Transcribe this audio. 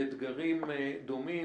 באתגרים דומים,